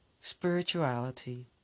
spirituality